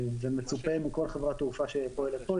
ומצופה מכל חברת תעופה שפועלת היא